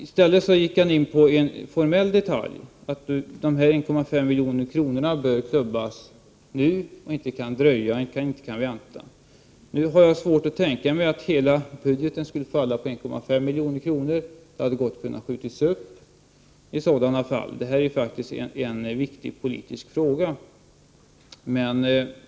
I stället gick Ove Karlsson in på en formell detalj: De 1,5 miljoner kronorna måste enligt Ove Karlssons uppfattning klubbas nu, och det kan inte vänta. Jag har svårt att tänka mig att hela budgeten skulle stå och falla med 1,5 milj.kr. Det beslutet hade gott kunnnat skjutas upp. Det här är faktiskt en viktig politisk fråga.